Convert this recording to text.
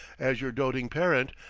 as your doting parent,